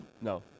no